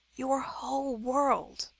your whole world.